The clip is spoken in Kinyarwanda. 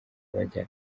abajya